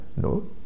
no